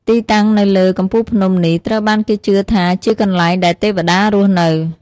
ទីតាំងនៅលើ កំពូលភ្នំ នេះត្រូវបានគេជឿថាជា កន្លែងដែលទេវតារស់នៅ។